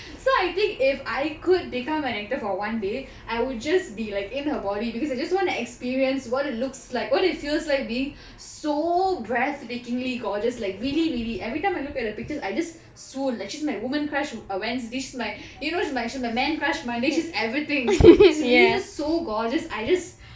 so I think if I could become an actor for one day I will just be like in her body because I just want to experience what it looks like what it feels like being so breathtakingly gorgeous like really really everytime I look at her pictures I just swoon like she's my woman crush the man crush mine is just everything it's really just so gorgeous I just